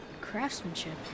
craftsmanship